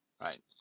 right